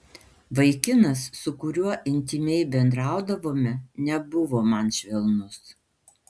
vaikinas su kuriuo intymiai bendraudavome nebuvo man švelnus